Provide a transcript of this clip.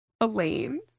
Elaine